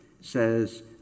says